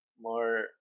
more